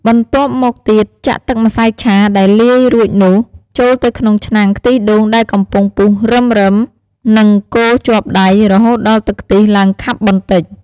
បន្ទាប់មកទៀត ចាក់ទឹកម្សៅឆាដែលលាយរួចនោះ ចូលទៅក្នុងឆ្នាំងខ្ទិះដូងដែលកំពុងពុះរឹមៗ និងកូរជាប់ដៃ រហូតដល់ទឹកខ្ទិះឡើងខាប់បន្តិច។